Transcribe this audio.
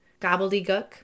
gobbledygook